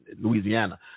Louisiana